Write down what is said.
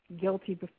guilty